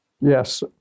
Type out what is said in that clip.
Yes